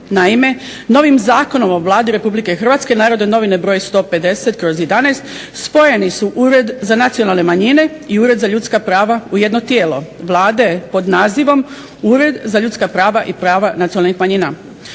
Naime, novih Zakonom o Vladi Republike Hrvatske "Narodne novine" br. 150/11 spojeni su Ured za nacionalne manjine i Ured za ljudska prava u jedno tijelo Vlade pod nazivom Ured za ljudska prava i prava nacionalnih manjina.